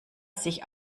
sich